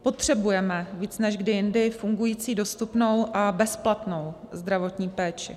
Potřebujeme víc než kdy jindy fungující, dostupnou a bezplatnou zdravotní péči.